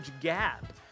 gap